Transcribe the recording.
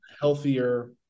healthier